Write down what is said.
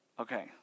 okay